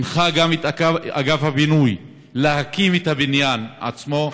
והנחה גם את אגף הבינוי להקים את הבניין עצמו,